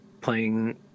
playing